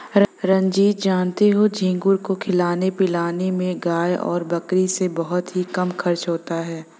रंजीत जानते हो झींगुर को खिलाने पिलाने में गाय और बकरी से बहुत ही कम खर्च होता है